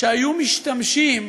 שהיו משתמשים